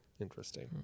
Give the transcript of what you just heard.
Interesting